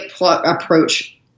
approach